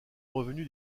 revenu